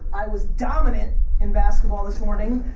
i was dominant in basketball this morning,